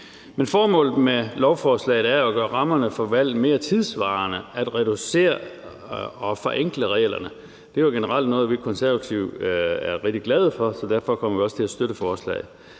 dag. Formålet med lovforslaget er at gøre rammerne for valg mere tidssvarende og at reducere og forenkle reglerne. Det er jo generelt noget, vi i Konservative er rigtig glade for, så derfor kommer vi også til at støtte forslaget.